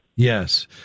Yes